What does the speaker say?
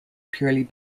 purely